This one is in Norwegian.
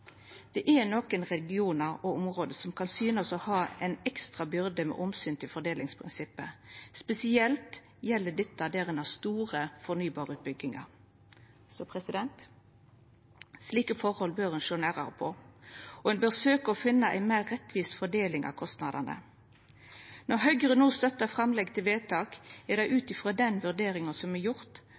det er nokre regionar og område som kan synast å ha ei ekstra byrde med omsyn til fordelingsprinsippet, spesielt gjeld dette der ein har store fornybarutbyggingar. Slike forhold bør ein sjå nærare på, og ein bør søkja å finna ei meir rettvis fordeling av kostnadene. Når Høgre no støttar framlegget til vedtak, er det ut frå den vurderinga som er